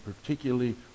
particularly